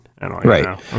Right